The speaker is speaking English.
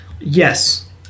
Yes